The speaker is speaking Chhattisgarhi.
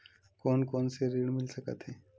कोन कोन से ऋण मिल सकत हे?